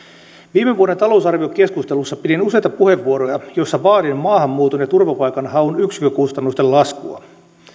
viime vuoden talousarviokeskustelussa pidin useita puheenvuoroja joissa vaadin maahanmuuton ja turvapaikanhaun yksikkökustannusten laskua